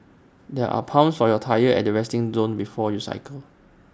there are pumps for your tyres at the resting zone before you cycle